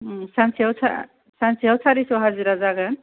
सानसे सानसेयाव सारिस' हाजिरा जागोन